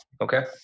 okay